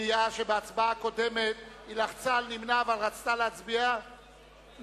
מודיעה שבהצבעה הקודמת היא לחצה על "נמנע" אבל רצתה להצביע נגד.